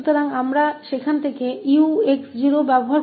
तो हमारे पास 𝑠𝑈𝑥 𝑠 𝑥 0 है